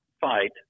fight